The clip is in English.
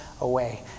away